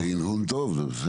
זה הנהון טוב.